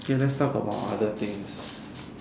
okay let's talk about other things